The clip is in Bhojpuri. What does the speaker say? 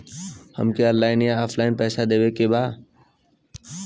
हमके ऑनलाइन या ऑफलाइन पैसा देवे के बा?